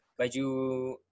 baju